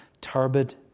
turbid